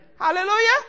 Hallelujah